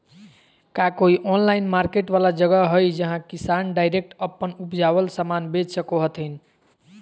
का कोई online market वाला जगह हइ जहां किसान डायरेक्ट अप्पन उपजावल समान बेच सको हथीन?